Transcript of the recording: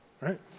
right